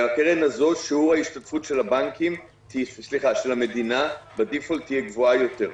ובקרן הזאת שיעור ההשתתפות של המדינה ב- defaultיהיה גבוהה יותר.